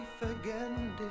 again